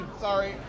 Sorry